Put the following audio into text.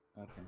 okay